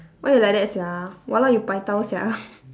why you like that sia !walao! you paitao sia